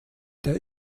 der